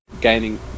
gaining